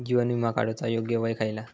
जीवन विमा काडूचा योग्य वय खयला?